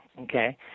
okay